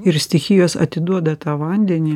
ir stichijos atiduoda tą vandenį